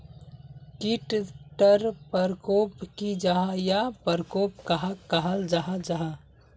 कीट टर परकोप की जाहा या परकोप कहाक कहाल जाहा जाहा?